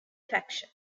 faction